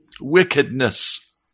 wickedness